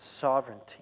sovereignty